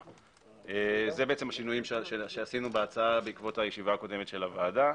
אלו השינויים שעשינו בהצעה בעקבות הישיבה הקודמת של הוועדה.